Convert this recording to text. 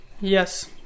Yes